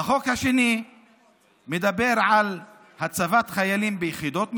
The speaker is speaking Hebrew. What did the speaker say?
החוק השני מדבר על הצבת חיילים ביחידות מסוימות,